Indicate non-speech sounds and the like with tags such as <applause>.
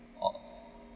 <noise>